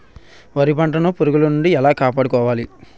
వరి పంటను పురుగుల నుండి ఎలా కాపాడుకోవాలి?